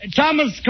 Thomas